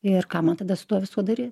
ir ką man tada su tuo visu daryti